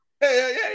Hey